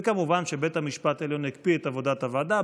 וכמובן שבית המשפט העליון הקפיא את עבודת הוועדה.